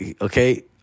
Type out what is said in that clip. Okay